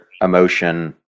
emotion